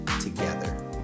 together